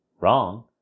wrong